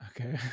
okay